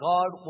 God